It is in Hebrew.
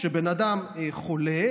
כשבן אדם חולה,